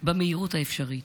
במהירות האפשרית.